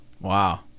Wow